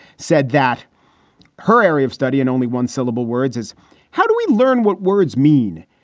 said that her area of study and only one syllable words is how do we learn what words mean?